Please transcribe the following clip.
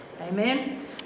Amen